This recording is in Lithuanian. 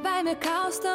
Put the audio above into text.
baimė kausto